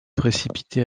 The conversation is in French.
précipité